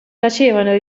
tacevano